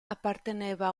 apparteneva